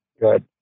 Good